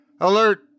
Alert